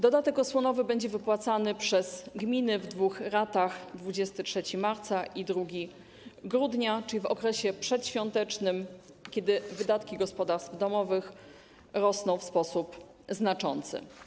Dodatek osłonowy będzie wypłacany przez gminy w dwóch ratach, 23 marca i 2 grudnia, czyli w okresach przedświątecznych, kiedy wydatki gospodarstw domowych rosną w sposób znaczący.